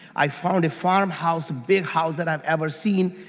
i found a farm house, big house that i've ever seen.